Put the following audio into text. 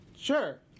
Sure